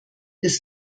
des